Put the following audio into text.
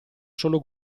solo